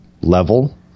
level